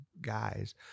guys